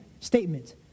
Statement